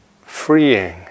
freeing